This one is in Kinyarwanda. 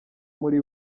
muri